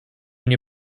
nie